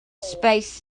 space